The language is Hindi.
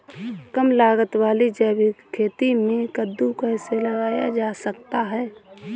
कम लागत वाली जैविक खेती में कद्दू कैसे लगाया जा सकता है?